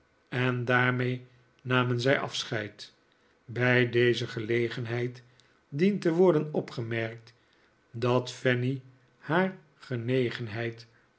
en daarmee namen zij afscheid bij deze gelegenheid dient te worden opgemerkt dat fanny haar genegenheid